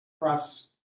cross